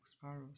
sparrows